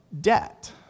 debt